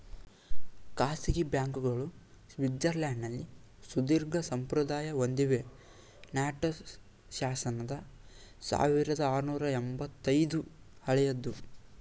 ಖಾಸಗಿ ಬ್ಯಾಂಕ್ಗಳು ಸ್ವಿಟ್ಜರ್ಲ್ಯಾಂಡ್ನಲ್ಲಿ ಸುದೀರ್ಘಸಂಪ್ರದಾಯ ಹೊಂದಿವೆ ನಾಂಟೆಸ್ ಶಾಸನದ ಸಾವಿರದಆರುನೂರು ಎಂಬತ್ತ ಐದು ಹಳೆಯದು